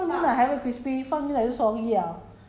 orh 你没有放牛奶 ah